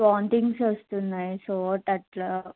vomitings వస్తున్నాయి so అట్లా